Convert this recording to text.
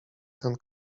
ten